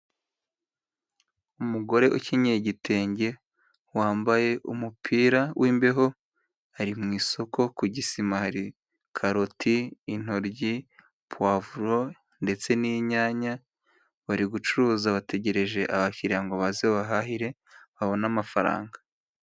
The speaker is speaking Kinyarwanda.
Umugore ukenyeye igitenge wambaye umupira w'imbeho, ari mu isoko ku gisima, hari karoti intoryi puwavuro ndetse n'inyanya, bari gucuruza bategereje abakiriya ngo baze bahahahire babone amafaranga.